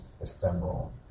ephemeral